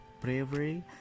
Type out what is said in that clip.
bravery